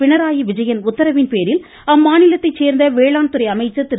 பிணராய் விஜயன் உத்தரவின்பேரில் அம்மாநிலத்தை சேர்ந்த வேளாண்துறை அமைச்சர் திரு